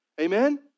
Amen